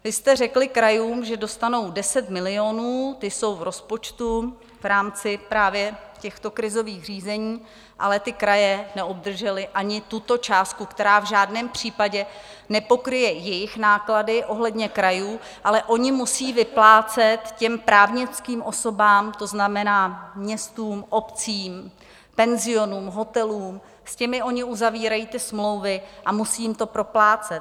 Vy jste řekli krajům, že dostanou 10 milionů, ty jsou v rozpočtu v rámci právě těchto krizových řízení, ale kraje neobdržely ani tuto částku, která v žádném případě nepokryje jejich náklady ohledně krajů, ale ony musí vyplácet právnickým osobám, to znamená městům, obcím, penzionům, hotelům, s těmi ony uzavírají smlouvy a musí jim to proplácet.